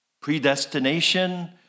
predestination